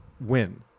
win